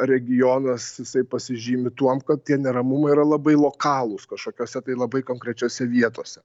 regionas jisai pasižymi tuom kad tie neramumai yra labai lokalūs kažkokiose tai labai konkrečiose vietose